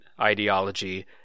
ideology